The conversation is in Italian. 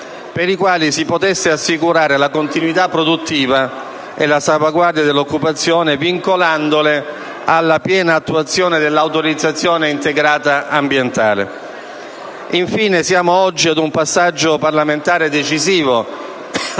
per i quali si potesse assicurare la continuità produttiva e la salvaguardia dell'occupazione, vincolandole alla piena attuazione dell'autorizzazione integrata ambientale. Infine, siamo oggi ad un passaggio parlamentare decisivo